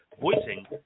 voicing